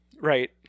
Right